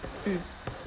mm